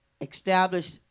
Establish